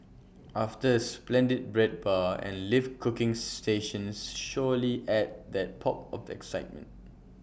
after A splendid bread bar and live cooking stations surely add that pop of excitement